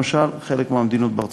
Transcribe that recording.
למשל חלק מהמדינות בארצות-הברית,